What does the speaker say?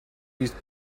used